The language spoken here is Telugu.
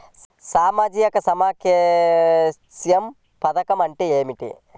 సామాజిక సంక్షేమ పథకం అంటే ఏమిటి?